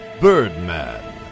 Birdman